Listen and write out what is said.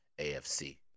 AFC